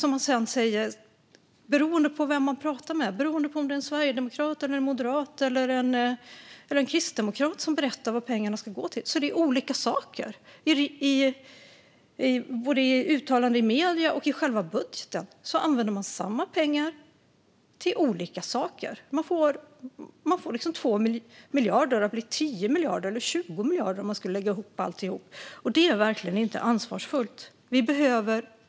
Men beroende på om det är en sverigedemokrat, en moderat eller en kristdemokrat som pratar är det olika saker som pengarna ska gå till. Både i uttalanden i medierna och i själva budgeten använder man samma pengar till olika saker. Man får 2 miljarder att bli 10 eller 20 miljarder när alltihop läggs ihop, och det är verkligen inte ansvarsfullt.